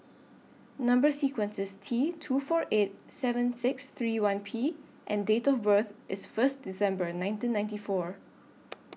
Number sequence IS T two four eight seven six three one P and Date of birth IS First December nineteen ninety four